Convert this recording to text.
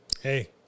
Hey